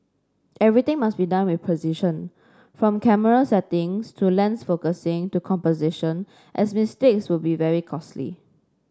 everything must be done with precision from camera settings to lens focusing to composition as mistakes will be very costly